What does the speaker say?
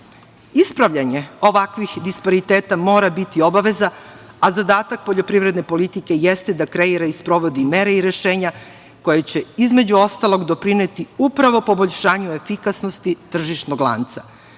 rešenje. Ispravljanje ovakvih dispariteta mora biti obaveza, a zadatak poljoprivredne politike jeste da kreira i sprovodi mere i rešenja koje će između ostalog doprineti upravo poboljšanju efikasnosti tržišnog lanca,